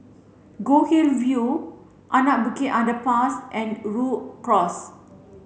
Goldhill View Anak Bukit Underpass and Rhu Cross